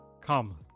Come